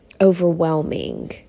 overwhelming